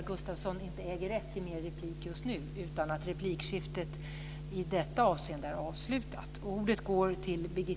Gustavsson inte äger rätt till fler repliker just nu utan att replikskiftet i detta avseende är avslutat.